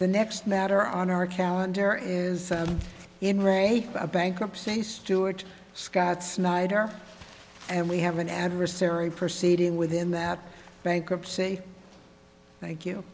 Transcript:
the next matter on our calendar is in re a bankruptcy stuart scott snyder and we have an adversary proceed in within that bankruptcy thank you